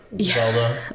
Zelda